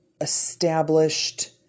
established